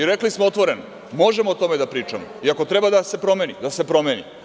Rekli smo otvoreno da možemo o tome da pričamo i ako treba da se promeni, da se promeni.